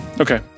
Okay